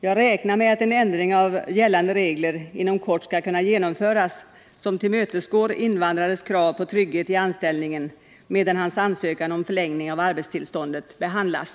Jag räknar med att en ändring av gällande regler inom kort skall kunna genomföras som tillmötesgår invandrarens krav på trygghet i anställningen medan hans ansökan om förlängning av arbetstillståndet behandlas.